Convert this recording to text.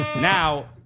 Now